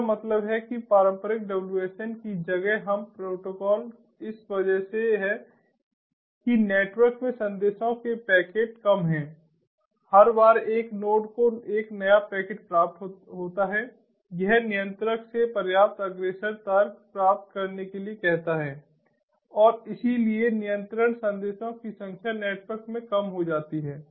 इसका मतलब है कि पारंपरिक WSN की जगह हमारा प्रोटोकॉल इस वजह से है कि नेटवर्क में संदेशों के पैकेट कम हैं हर बार एक नोड को एक नया पैकेट प्राप्त होता है यह नियंत्रक से पर्याप्त अग्रेषण तर्क प्राप्त करने के लिए कहता है और इसीलिए नियंत्रण संदेशों की संख्या नेटवर्क में कम हो जाती है